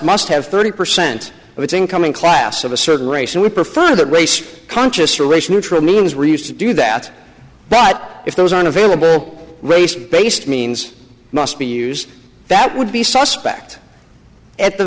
must have thirty percent of its incoming class of a certain race and we prefer that race conscious or race neutral means were used to do that but if those aren't available race based means must be used that would be suspect at the